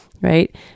Right